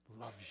loves